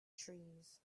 trees